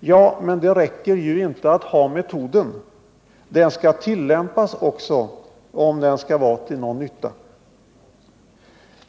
Ja, men det räcker ju inte att ha en metod — den skall tillämpas också om den skall vara till någon nytta.